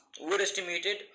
overestimated